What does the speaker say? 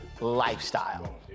lifestyle